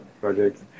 projects